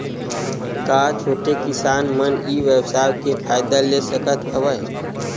का छोटे किसान मन ई व्यवसाय के फ़ायदा ले सकत हवय?